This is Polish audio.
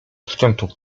szczętu